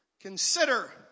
Consider